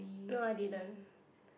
no I didn't